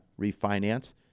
refinance